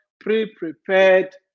pre-prepared